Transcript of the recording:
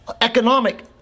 economic